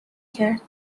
کرد